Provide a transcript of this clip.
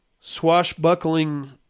swashbuckling